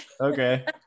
okay